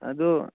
ꯑꯗꯣ